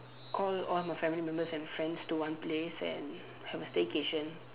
call all my family members and friends to one place and have a staycation